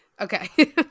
okay